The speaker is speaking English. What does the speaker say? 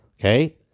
okay